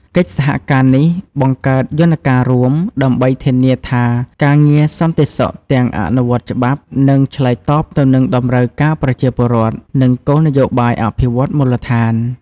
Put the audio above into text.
កិច្ចសហការនេះបង្កើតយន្តការរួម ដើម្បីធានាថាការងារសន្តិសុខទាំងអនុវត្តច្បាប់ និងឆ្លើយតបទៅនឹងតម្រូវការប្រជាពលរដ្ឋ និងគោលនយោបាយអភិវឌ្ឍន៍មូលដ្ឋាន។